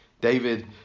David